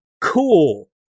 Cool